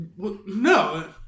No